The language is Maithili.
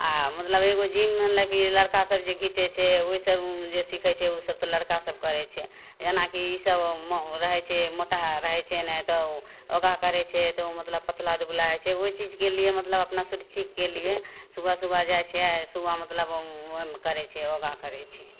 आओर मतलब एगो जिममे लै कि लड़कासभ जे घिचै छै ओहिसे जे सिखै छै ओसब तऽ लड़कासभ करै छै जेनाकि ईसबमे रहै छै मोटा रहै छै नहि तऽ योगा करै छै तऽ ओ मतलब पतला दुबला हइ छै ओहि चीजके लिए मतलब अपना छोट चीजके लिए सुबह सुबह जाए छिए सुबह मतलब ओहिमे करै छिए योगा करै छिए